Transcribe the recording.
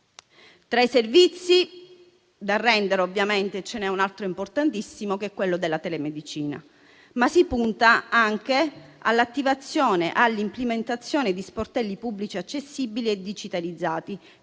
Tra i servizi da rendere, ovviamente ce n'è un altro importantissimo, che è quello della telemedicina, ma si punta anche all'attivazione ed all'implementazione di sportelli pubblici accessibili e digitalizzati,